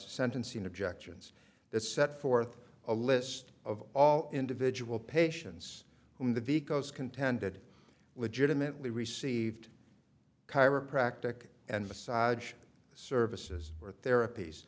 sentencing objections that set forth a list of all individual patients whom the because contended legitimately received chiropractor and massage services or therapies